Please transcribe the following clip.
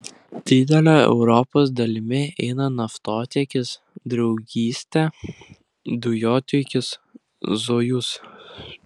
didele europos dalimi eina naftotiekis draugystė dujotiekis sojuz